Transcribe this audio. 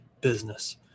business